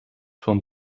van